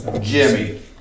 Jimmy